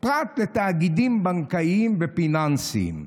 פרט לתאגידים בנקאיים ופיננסיים.